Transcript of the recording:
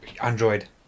Android